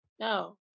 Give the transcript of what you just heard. no